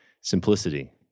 simplicity